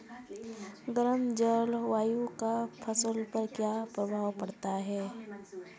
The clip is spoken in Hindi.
गर्म जलवायु का फसलों पर क्या प्रभाव पड़ता है?